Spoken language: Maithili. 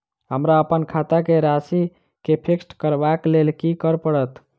हमरा अप्पन खाता केँ राशि कऽ फिक्स करबाक लेल की करऽ पड़त?